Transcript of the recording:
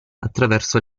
attraverso